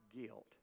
guilt